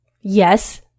Yes